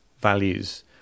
values